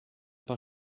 paar